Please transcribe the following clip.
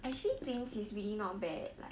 actually twins is really not bad eh like